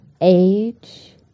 age